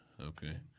Okay